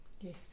Yes